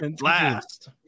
Last